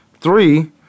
Three